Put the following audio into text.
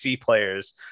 players